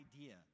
idea